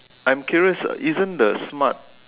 I'm curious isn't the smart